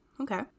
Okay